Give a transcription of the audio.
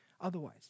otherwise